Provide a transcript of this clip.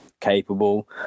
capable